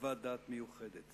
בחוות דעת מיוחדת.